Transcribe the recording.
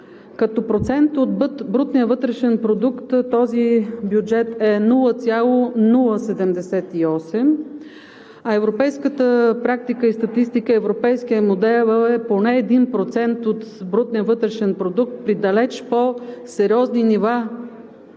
Като процент от брутния вътрешен продукт този бюджет е 0,078, а европейската практика и статистика, европейският модел е поне 1% от брутния вътрешен продукт при далеч по-сериозни нива